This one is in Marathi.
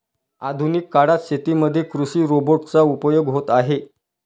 आधुनिक काळात शेतीमध्ये कृषि रोबोट चा उपयोग होत आहे